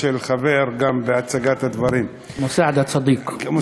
מוסעדה צדיק.